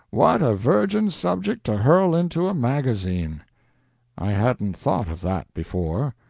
what a virgin subject to hurl into a magazine i hadn't thought of that before.